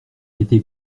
été